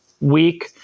week